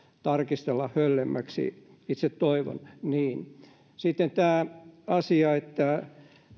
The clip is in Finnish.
tarkistella höllemmiksi itse toivon niin sitten tämä asia että